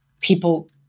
people